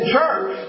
church